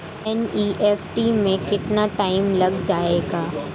NEFT में कितना time लग जाएगा?